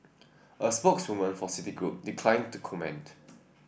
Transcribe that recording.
a spokeswoman for Citigroup declined to comment